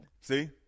See